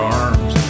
arms